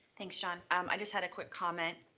thanks john. um i just had a quick comment,